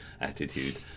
attitude